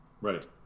right